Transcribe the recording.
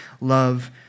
love